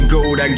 Gold